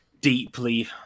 deeply